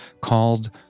called